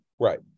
Right